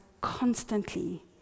constantly